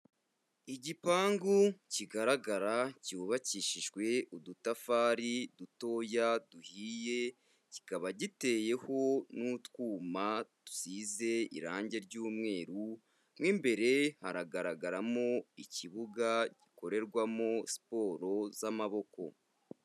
Igipangu kigaragara cyubakishijwe udutafari dutoya duhiye, kikaba giteyeho n'utwuma dusize irangi ry'umweru, mo imbere haragaragaramo ikibuga gikorerwamo siporo z'amaboko.